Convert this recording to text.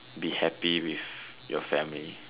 be happy with your family